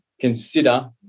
consider